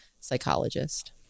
psychologist